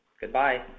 Goodbye